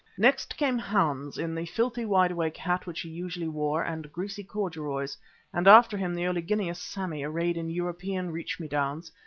next came hans in the filthy wide-awake hat which he usually wore and greasy corduroys and after him the oleaginous sammy arrayed in european reach-me-downs,